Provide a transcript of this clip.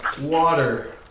water